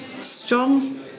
strong